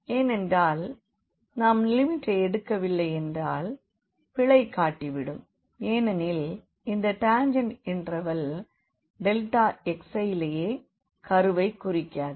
ஏனென்றால் நாம் லிமிட்டை எடுக்கவில்லை என்றால் பிழை காட்டி விடும் ஏனெனில் இந்த டாஞ்செண்ட் இண்டர்வெல் xi லே கர்வை குறிக்காது